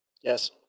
Yes